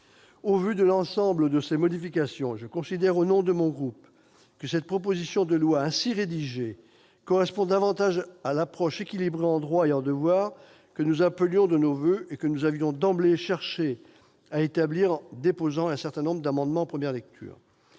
Au vu de l'ensemble de ces modifications, je considère, au nom de mon groupe, que cette proposition de loi ainsi rédigée correspond davantage à l'approche équilibrée en droits et en devoirs que nous appelions de nos voeux et que nous avions d'emblée cherché à établir en déposant un certain nombre d'amendements en première lecture.